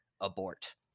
abort